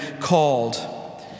called